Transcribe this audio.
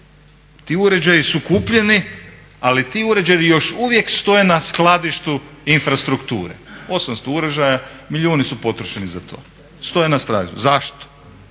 Ti uređaji su kupljeni ali ti uređaji još uvijek stoje na skladištu infrastrukture, 800 uređaja, milijuni su potrošeni za to, stoje na …/Govornik